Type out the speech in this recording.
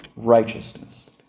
righteousness